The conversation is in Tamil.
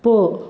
போ